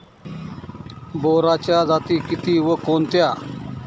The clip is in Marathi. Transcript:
बोराच्या जाती किती व कोणत्या?